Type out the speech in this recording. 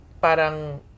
Parang